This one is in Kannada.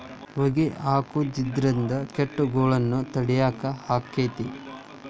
ಹೊಗಿ ಹಾಕುದ್ರಿಂದ ಕೇಟಗೊಳ್ನ ತಡಿಯಾಕ ಆಕ್ಕೆತಿ?